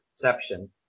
perception